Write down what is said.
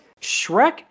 Shrek